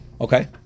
Okay